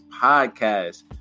podcast